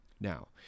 Now